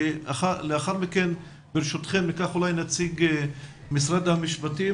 ולאחר מכן ברשותכם אקח אולי נציג משרד המשפטים,